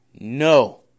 No